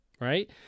right